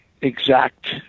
exact